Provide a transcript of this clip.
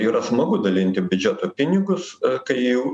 yra smagu dalinti biudžeto pinigus kai jų